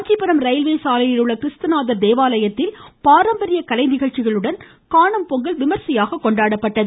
Kanchipuram railway சாலையில் உள்ள கிறிஸ்துநாதர் தேவாலயத்தில் பாரம்பரிய கலை நிகழ்ச்சிகளுடன் காணும் பொங்கல் விமரிசையாக கொண்டாடப்பட்டது